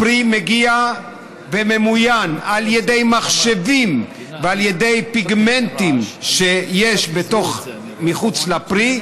הפרי מגיע וממוין על ידי מחשבים לפי פיגמנטים שיש מחוץ לפרי,